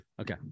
Okay